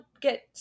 get